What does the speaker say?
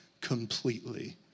completely